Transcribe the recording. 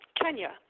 Kenya